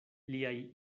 liaj